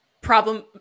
Problem